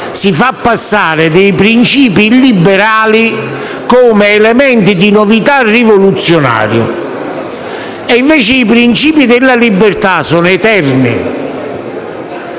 si fanno passare dei principi illiberali come elementi di novità rivoluzionari, quando invece i principi della libertà sono eterni.